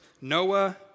Noah